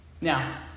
Now